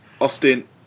Austin